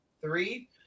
three